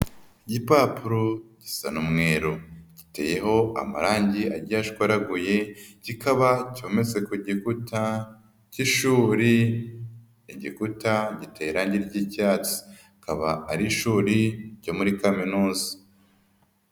Igipapuro gisa n'umweru giteyeho amarangi agiye ashwaraguye, kikaba cyometse ku gikuta k'ishuri, igikuta giteye irangi ry'icyatsi, akaba ari ishuri ryo muri kaminuza.